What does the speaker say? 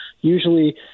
Usually